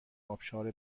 ابشار